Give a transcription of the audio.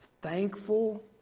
thankful